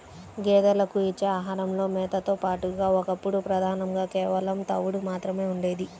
గేదెలకు ఇచ్చే ఆహారంలో మేతతో పాటుగా ఒకప్పుడు ప్రధానంగా కేవలం తవుడు మాత్రమే ఉండేది